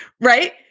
right